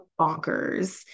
bonkers